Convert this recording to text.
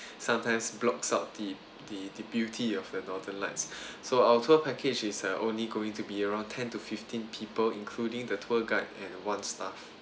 sometimes blocks out the the the beauty of the northern lights so our tour package is only going to be around ten to fifteen people including the tour guide and one staff